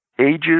ages